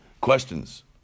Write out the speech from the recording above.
questions